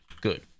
good